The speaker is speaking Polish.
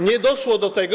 Nie doszło do tego.